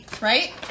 right